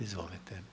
Izvolite.